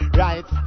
right